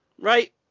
right